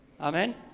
Amen